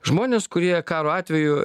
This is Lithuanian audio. žmonės kurie karo atveju